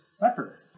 Pepper